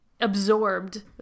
absorbed